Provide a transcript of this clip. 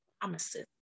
promises